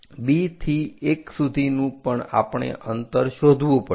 B થી 1 સુધીનું પણ આપણે અંતર શોધવું પડશે